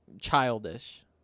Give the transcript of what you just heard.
childish